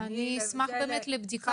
נברר את זה